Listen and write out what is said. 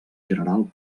general